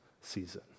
season